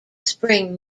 spring